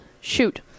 shoot